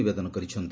ନିବେଦନ କରିଛନ୍ତି